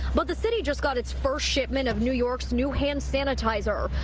but the city just got its first shipment of new york's new hand sanitizer.